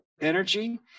energy